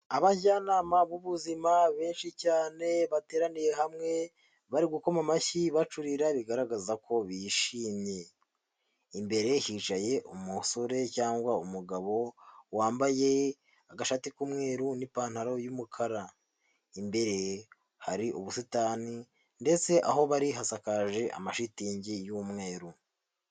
Abajyanama b'ubuzima benshi cyane bateraniye hamwe, bari gukoma amashyi bacurira bigaragaza ko bishimye, imbere hicaye umusore cyangwa umugabo wambaye agashati k'umweru n'ipantaro y'umukara, imbere hari ubusitani ndetse aho bari hasakaje amashitingi y'umweru.